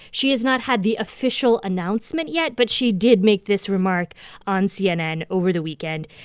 she has not had the official announcement yet. but she did make this remark on cnn over the weekend.